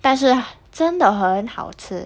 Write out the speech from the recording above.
但是真的很好吃